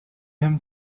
him